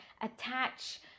attach